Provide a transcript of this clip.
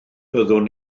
byddwn